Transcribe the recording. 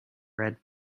red